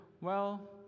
Well